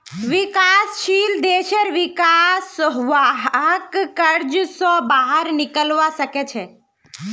विकासशील देशेर विका स वहाक कर्ज स बाहर निकलवा सके छे